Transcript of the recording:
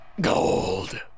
gold